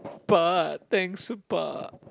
pa thanks pa